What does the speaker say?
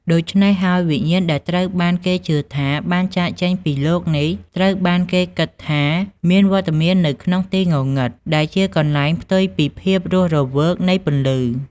ដូច្នេះហើយ វិញ្ញាណដែលត្រូវបានគេជឿថាបានចាកចេញពីលោកនេះ ត្រូវបានគេគិតថាមានវត្តមាននៅក្នុងទីងងឹត ដែលជាកន្លែងផ្ទុយពីភាពរស់រវើកនៃពន្លឺ ។